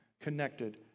connected